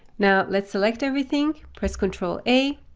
now let's select everything, press control a,